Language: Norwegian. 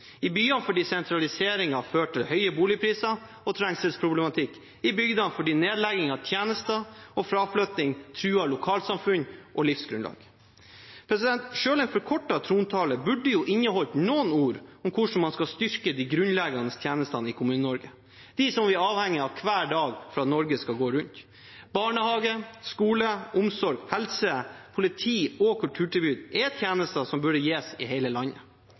i byene fordi sentraliseringen fører til høye boligpriser og trengselsproblematikk, i bygdene fordi nedlegging av tjenester og fraflytting truer lokalsamfunn og livsgrunnlag. Selv en forkortet trontale burde inneholdt noen ord om hvordan man skal styrke de grunnleggende tjenestene i Kommune-Norge, de som vi er avhengig av hver dag for at Norge skal gå rundt. Barnehage, skole, omsorg, helse, politi og kulturtilbud er tjenester som burde gis i hele landet.